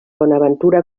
bonaventura